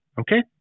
Okay